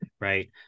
right